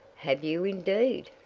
have you, indeed?